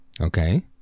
okay